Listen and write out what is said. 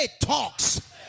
talks